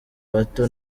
bato